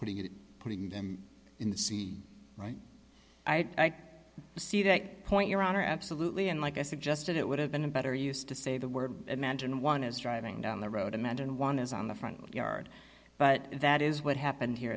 putting it in the sea right i see that point your honor absolutely and like i suggested it would have been a better use to say the word imagine one is driving down the road imagine one is on the front yard but that is what happened here